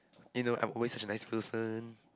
you know I'm always such a nice person